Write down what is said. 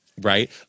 Right